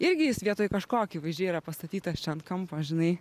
irgi jis vietoj kažko akivaizdžiai yra pastatytas čia ant kampo žinai